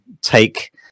take